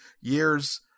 years